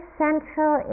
central